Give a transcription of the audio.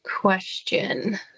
question